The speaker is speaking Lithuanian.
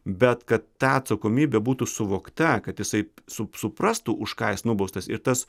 bet kad ta atsakomybė būtų suvokta kad jisai su suprastų už ką jis nubaustas ir tas